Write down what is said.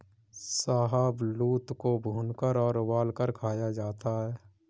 शाहबलूत को भूनकर और उबालकर खाया जाता है